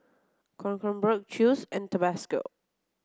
Kronenbourg Chew's and Tabasco